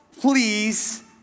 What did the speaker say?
please